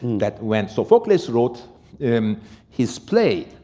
that when sophocles wrote and his play,